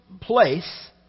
place